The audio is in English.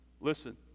listen